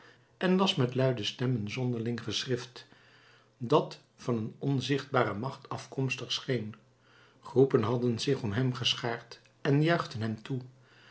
en las met luide stem een zonderling geschrift dat van een onzichtbare macht afkomstig scheen groepen hadden zich om hem geschaard en juichten hem toe